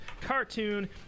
cartoon